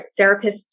therapists